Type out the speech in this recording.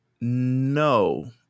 no